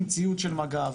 עם ציוד של מג"ב,